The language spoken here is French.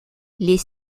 les